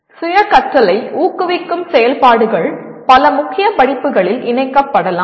சுய கற்றலை ஊக்குவிக்கும் செயல்பாடுகள் பல முக்கிய படிப்புகளில் இணைக்கப்படலாம்